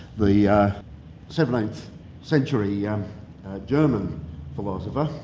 the seventeenth century yeah german philosopher,